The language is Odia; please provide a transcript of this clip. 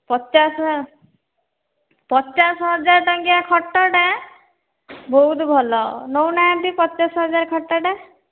ପଚାଶ ହ ପଚାଶହଜାର ଟଙ୍କିଆ ଖଟଟା ବହୁତ ଭଲ ନେଉ ନାହାନ୍ତି ପଚାଶହଜାର ଖଟଟା